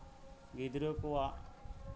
ᱜᱤᱫᱽᱨᱟᱹ ᱠᱚᱣᱟᱜ